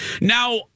Now